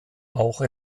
auch